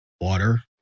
water